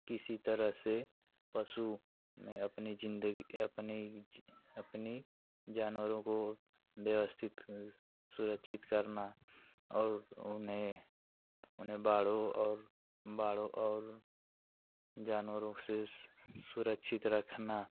किसी तरह से पशु ने अपनी ज़िन्दगी ऐ अपनी ज़ि अपनी जानवरों को व्यवस्थित सुरक्षित करना और उन्हें उन्हें बाड़ों और बाड़ों और जानवरों से सुरक्षित रखना